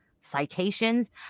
citations